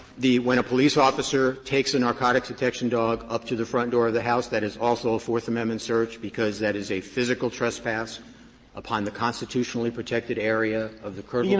the when a police officer takes a narcotic detection dog up to the front door of the house, that is also a fourth amendment search because that is a physical trespass upon the constitutionally protected area of the curtilage